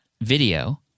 video